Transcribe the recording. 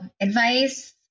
advice